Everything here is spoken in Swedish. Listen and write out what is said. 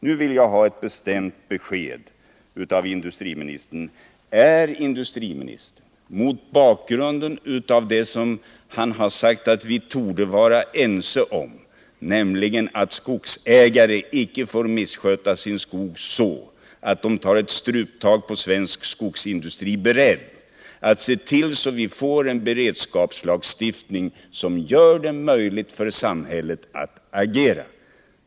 Nu vill jag ha ett bestämt besked av industriministern: Är industriministern — mot bakgrund av vad han förklarade att vi borde vara ense om, nämligen att skogsägare icke får missköta sin skog så att de tar ett struptag på svensk skogsindustri — beredd att se till att vi får en beredskapslagstiftning som gör det möjligt för samhället att agera?